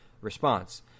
response